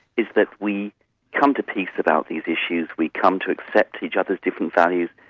is that we come to peace about these issues, we come to accept each others' different values,